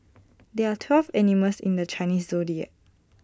there are twelve animals in the Chinese Zodiac